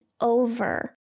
over